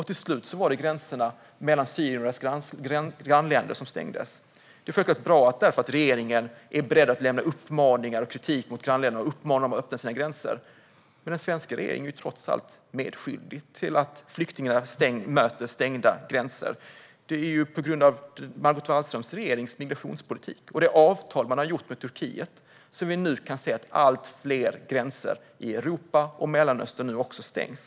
Till slut var det gränserna mellan Syrien och dess grannländer som stängdes. Det är självklart bra att regeringen är beredd att kritisera grannländerna och uppmana dem att öppna sina gränser. Men den svenska regeringen är trots allt medskyldig till att flyktingarna möter stängda gränser. Det är på grund av Margot Wallströms regerings migrationspolitik och det avtal man har ingått med Turkiet som vi nu kan se att allt fler gränser i Europa och Mellanöstern stängs.